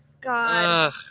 God